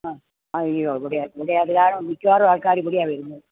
ആ അയ്യോ ഇവിടെയാണ് ഇവിടെയാണ് അതു കാരണം മിക്കവാറും ആൾക്കാർ ഇവിടെയാണ് വരുന്നത്